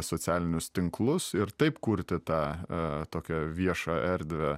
socialinius tinklus ir taip kurti tą tokią viešą erdvę